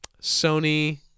Sony